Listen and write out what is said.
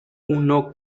uno